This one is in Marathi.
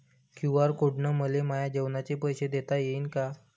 क्यू.आर कोड न मले माये जेवाचे पैसे देता येईन का?